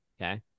Okay